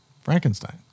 Frankenstein